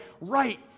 right